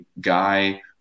guy